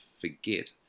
forget